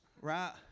right